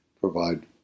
provide